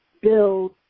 build